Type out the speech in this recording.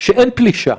שאין פלישה,